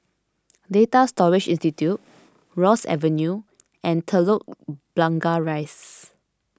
Data Storage Institute Ross Avenue and Telok Blangah Rise